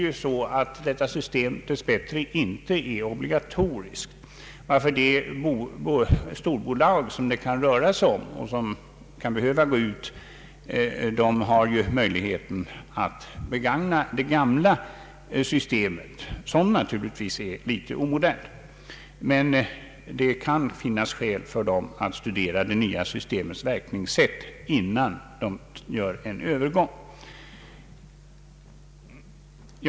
Nu är detta system dess bättre inte obligatoriskt, varför de storbolag som kan behöva gå ut över vårt lands gränser har möjlighet att begagna det gamla systemet. Det är naturligtvis litet omodernt, men det kan finnas skäl för dessa bolag att studera det nya systemets verkningssätt innan de gör en övergång. Herr talman! Jag har inget yrkande, men jag har önskat att få dessa synpunkter vidarebefordrade via protokollet.